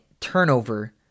turnover